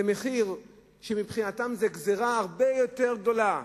זה מחיר שמבחינתם הוא גזירה הרבה יותר גדולה,